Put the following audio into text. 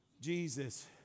Jesus